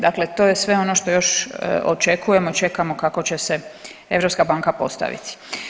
Dakle, to je sve ono što još očekujemo, čekamo kako će se Europska banka postaviti.